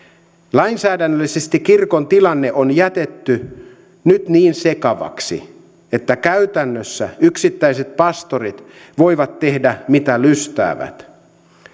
lainsäädännöllisesti kirkon tilanne on jätetty nyt niin sekavaksi että käytännössä yksittäiset pastorit voivat tehdä mitä lystäävät